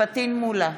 פטין מולא,